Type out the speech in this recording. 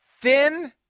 thin